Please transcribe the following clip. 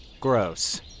Gross